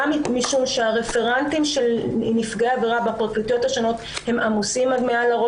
גם משום שהרפרנטים של נפגעי העבירה בפרקליטויות השונות עמוסים עד מעל